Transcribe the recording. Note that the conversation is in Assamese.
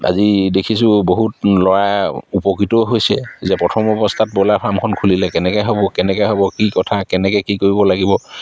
আজি দেখিছোঁ বহুত ল'ৰাই উপকৃতও হৈছে যে প্ৰথম অৱস্থাত ব্ৰইলাৰ ফাৰ্মখন খুলিলে কেনেকৈ হ'ব কেনেকৈ হ'ব কি কথা কেনেকৈ কি কৰিব লাগিব